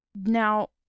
now